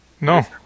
No